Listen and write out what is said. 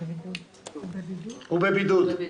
הוא בבידוד.